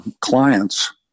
clients